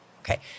okay